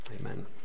amen